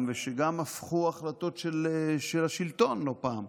ושגם הפכו החלטות של השלטון לא פעם,